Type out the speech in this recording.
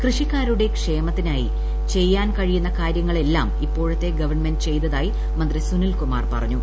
കൃഷിക്കാരുടെ ക്ഷേമത്തിനായി ചെയ്യാൻ കഴിയുന്ന കാര്യങ്ങൾ എല്ലാം ഇപ്പോഴത്തെ ഗവൺമെന്റ് ചെയ്തതായി മന്ത്രി സുനിൽകുമാർ പറഞ്ഞു